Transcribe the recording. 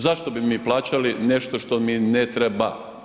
Zašto bi mi plaćali nešto što mi ne treba?